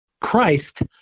Christ